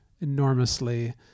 enormously